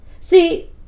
See